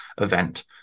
event